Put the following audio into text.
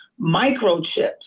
microchips